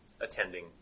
attending